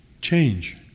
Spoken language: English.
change